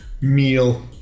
meal